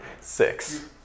Six